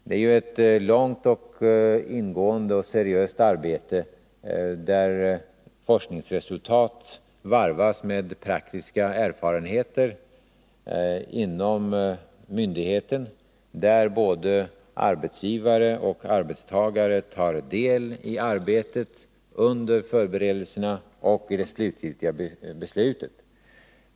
Det är ju ett långt, ingående och seriöst arbete, där forskningsresultat varvas med praktiska erfarenheter inom myndigheten, där både arbetsgivare och arbetstagare tar del i arbetet under förberedelserna och i det slutgiltiga beslutet.